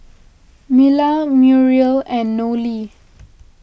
Mila Muriel and Nolie